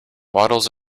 waddles